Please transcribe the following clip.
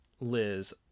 liz